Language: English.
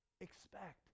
expect